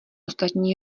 ostatní